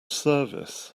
service